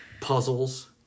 puzzles